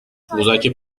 قوزک